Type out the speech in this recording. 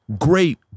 great